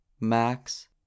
Max